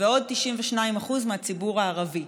ועוד 92% מהציבור הערבי.